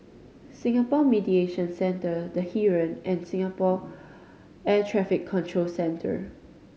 Singapore Mediation Center The Heeren and Singapore Air Traffic Control Center